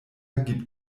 gibt